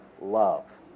love